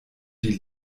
die